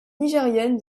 nigériane